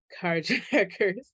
carjackers